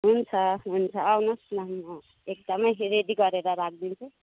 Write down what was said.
हुन्छ हुन्छ आउनुहोस् न म एकदमै रेडी गरेर राखिदिन्छु